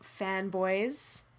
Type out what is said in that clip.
fanboys